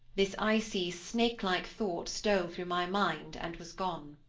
this icy, snake-like thought stole through my mind, and was gone.